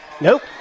nope